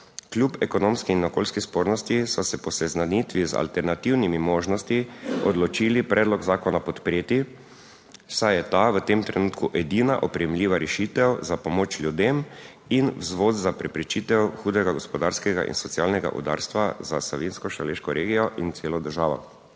Kljub ekonomski in okoljski spornosti so se po seznanitvi z alternativnimi možnostmi odločili predlog zakona podpreti, saj je ta v tem trenutku edina oprijemljiva rešitev za pomoč ljudem in vzvod za preprečitev hudega gospodarskega in socialnega udarstva za Savinjsko, Šaleško regijo in celo državo.